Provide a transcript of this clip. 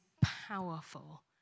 powerful